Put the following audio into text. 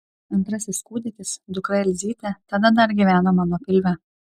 antrasis kūdikis dukra elzytė tada dar gyveno mano pilve